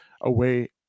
away